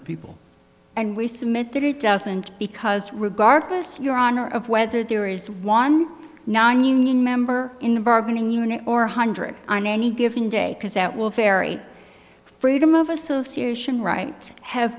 of people and we submit that it doesn't because regardless your honor of whether there is one nine union member in the bargaining unit or hundred on any given day because that will ferry freedom of association right ha